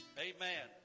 Amen